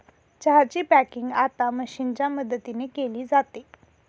चहा ची पॅकिंग आता मशीनच्या मदतीने केली जाते